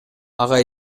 ага